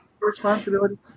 responsibility